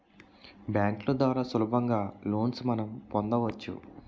బ్యాంకుల ద్వారా సులభంగా లోన్స్ మనం పొందవచ్చు